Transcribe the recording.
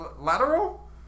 lateral